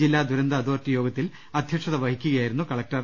ജില്ലാ ദുരന്ത അതോറിറ്റി യോഗ ത്തിൽ അധൃക്ഷത വഹിക്കുകയായിരുന്നു കലക്ടർ